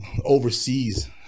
overseas